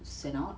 send out